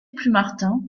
plumartin